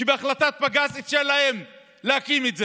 שבהחלטת בג"ץ אפשר להם להקים את זה?